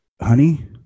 Honey